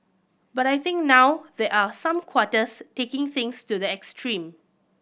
but I think now there are some quarters taking things to the extreme